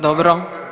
Dobro.